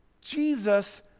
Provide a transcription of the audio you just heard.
Jesus